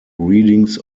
readings